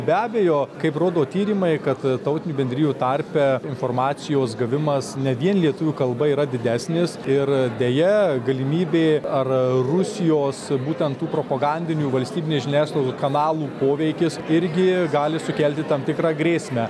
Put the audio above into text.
be abejo kaip rodo tyrimai kad tautinių bendrijų tarpe informacijos gavimas ne vien lietuvių kalba yra didesnis ir deja galimybė ar rusijos būtent tų propagandinių valstybinės žiniasklaidos kanalų poveikis irgi gali sukelti tam tikrą grėsmę